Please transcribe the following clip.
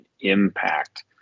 impact